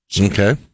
Okay